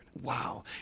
Wow